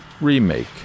Remake